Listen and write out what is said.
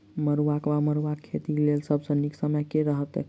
मरुआक वा मड़ुआ खेतीक लेल सब सऽ नीक समय केँ रहतैक?